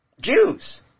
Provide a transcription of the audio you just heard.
Jews